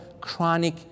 chronic